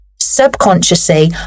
subconsciously